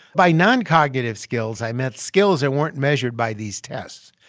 by noncognitive skills, i meant skills that weren't measured by these tests.